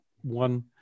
one